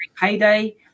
payday